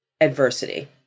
adversity